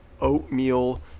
oatmeal